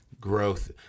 growth